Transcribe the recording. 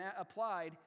applied